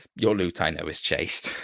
your lute i know is chaste.